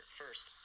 first